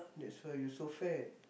that's why you so fat